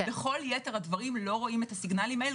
בכל יתר הדברים לא רואים את הסיגנלים האלה,